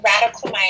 Radical